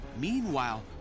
Meanwhile